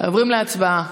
עוברים להצבעה.